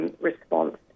response